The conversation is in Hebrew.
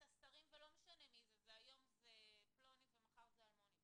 השרים ולא משנה מי זה היום זה פלוני ומחר זה אלמוני.